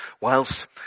Whilst